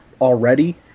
already